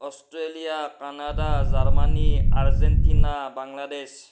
Australia Canada Germany Argentina Bangladesh